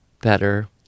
better